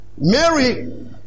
Mary